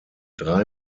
drei